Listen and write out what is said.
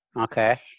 okay